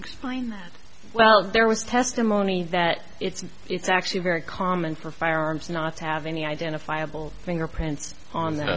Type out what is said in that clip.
explain that well there was testimony that it's it's actually very common for firearms not to have any identifiable fingerprints on